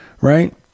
right